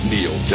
Neil